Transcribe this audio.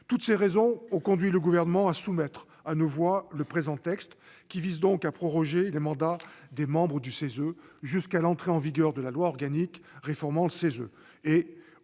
Toutes ces raisons ont conduit le Gouvernement à soumettre à nos voix le présent texte, qui vise donc à proroger le mandat des membres du CESE jusqu'à l'entrée en vigueur de la loi organique réformant cette